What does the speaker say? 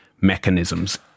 mechanisms